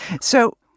So-